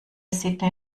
sydney